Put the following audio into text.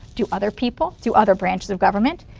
do other people? do other branches of government?